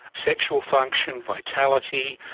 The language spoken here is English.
sexual function, vitality,